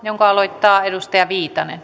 aloittaa edustaja viitanen